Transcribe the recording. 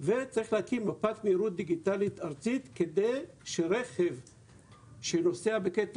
וצריך להקים מפה מהירות דיגיטלית ארצית כדי שרכב שנוסע בקטע